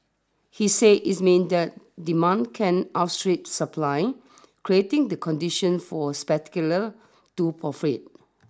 he said this means that demand can outstrip supply creating the condition for speculators to profit